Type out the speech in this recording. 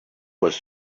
was